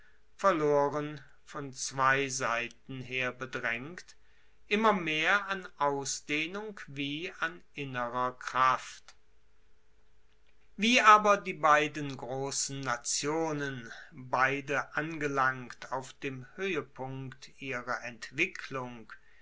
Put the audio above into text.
verloren von zwei seiten her bedraengt immer mehr an ausdehnung wie an innerer kraft wie aber die beiden grossen nationen beide angelangt auf dem hoehepunkt ihrer entwicklung